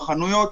בחנויות.